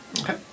Okay